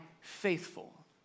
faithful